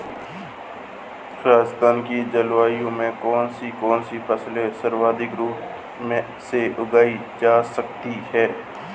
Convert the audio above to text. राजस्थान की जलवायु में कौन कौनसी फसलें सर्वोत्तम रूप से उगाई जा सकती हैं?